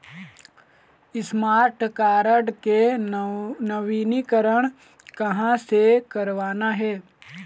Smart card के नवीनीकरण कहां से करवाना हे?